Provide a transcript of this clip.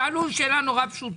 שאלו שאלה פשוטה